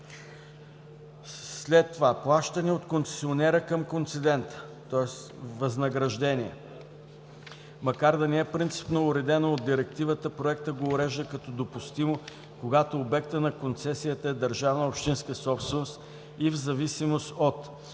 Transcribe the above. след това – плащане от концесионера към концедента, тоест възнагражденията. Макар да не е принципно уредено от Директивата, Проектът го урежда като допустимо, когато обектът на концесията е държавна общинска собственост, и в зависимост от